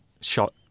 shot